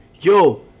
Yo